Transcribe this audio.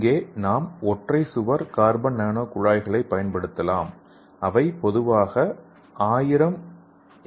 இங்கே நாம் ஒற்றை சுவர் கார்பன் நானோ குழாய்களைப் பயன்படுத்தலாம் அவை பொதுவாக 1000 என்